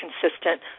consistent